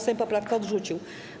Sejm poprawkę odrzucił.